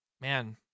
man